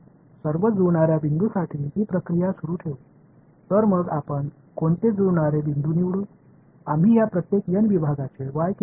இந்த ஒவ்வொரு n பிரிவுகளின் மையமாக y ஐ தேர்வு செய்வோம்